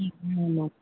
ஆமாம்